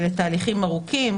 וזה תהליכים ארוכים,